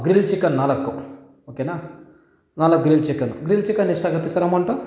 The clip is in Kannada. ಗ್ರಿಲ್ ಚಿಕನ್ ನಾಲ್ಕು ಓಕೆನ ನಾಲ್ಕು ಗ್ರಿಲ್ ಚಿಕನು ಗ್ರಿಲ್ ಚಿಕನ್ ಎಷ್ಟು ಆಗುತ್ತೆ ಸರ್ ಅಮೌಂಟು